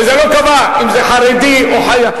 וזה לא קבע אם זה חרדי או חייל.